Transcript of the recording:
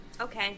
Okay